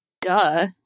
duh